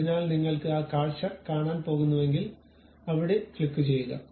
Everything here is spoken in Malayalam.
അതിനാൽ നിങ്ങൾക്ക് ആ കാഴ്ച കാണാൻ പോകുന്നുവെങ്കിൽ അവിടെ ക്ലിക്ക് ചെയ്യുക